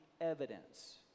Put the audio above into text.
evidence